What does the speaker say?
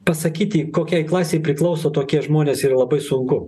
pasakyti kokiai klasei priklauso tokie žmonės yra labai sunku